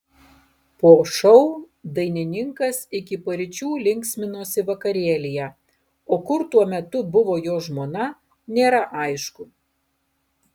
po šou dainininkas iki paryčių linksminosi vakarėlyje o kur tuo metu buvo jo žmona nėra aišku